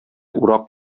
урак